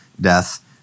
death